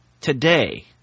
today